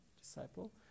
disciple